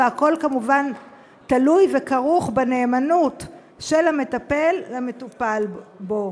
והכול כמובן תלוי וכרוך בנאמנות של המטפל למטופל בו.